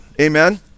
Amen